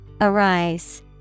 Arise